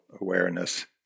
awareness